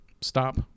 Stop